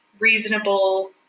reasonable